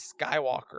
Skywalker